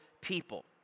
people